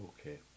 Okay